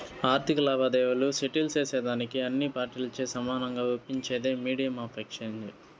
ఆర్థిక లావాదేవీలు సెటిల్ సేసేదానికి అన్ని పార్టీలచే సమానంగా ఒప్పించేదే మీడియం ఆఫ్ ఎక్స్చేంజ్